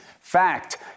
Fact